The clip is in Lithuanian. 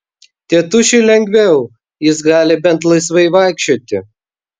tėtušiui lengviau jis gali bent laisvai vaikščioti